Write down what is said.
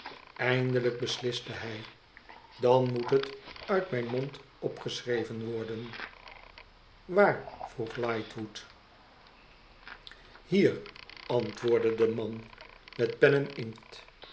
eindelijk besliste hij tdan moet het uit mijn mond opgeschreven worden t waar vroeg lightwood thier antwoordde de man tmet